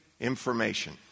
information